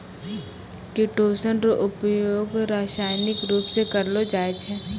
chitosan रो उपयोग रासायनिक रुप से करलो जाय छै